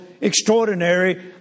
extraordinary